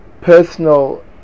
personal